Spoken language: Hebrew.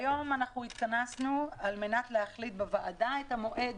היום התכנסנו כדי להחליט בוועדה על המועד